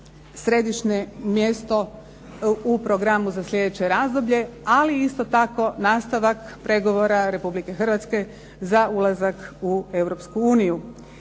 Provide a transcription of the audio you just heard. središnje mjesto u programu za slijedeće razdoblje ali isto tako nastavak pregovora Republike Hrvatske za ulazak u Europsku uniju.